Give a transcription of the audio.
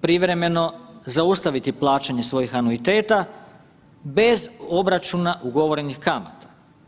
privremeno zaustaviti plaćanje svojih anuiteta bez obračuna ugovorenih kamata.